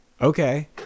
okay